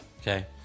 Okay